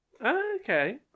Okay